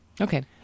Okay